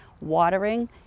watering